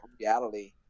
reality